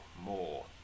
more